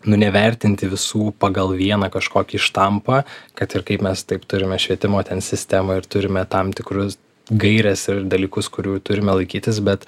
nu nevertinti visų pagal vieną kažkokį štampą kad ir kaip mes taip turime švietimo sistemą ir turime tam tikrus gaires ir dalykus kurių turime laikytis bet